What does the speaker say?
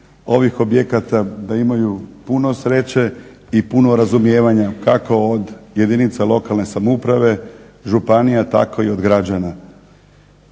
ovih objekata, da imaju puno sreće i puno razumijevanja, kako od jedinica lokalne samouprave, županija tako i od građana.